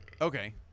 Okay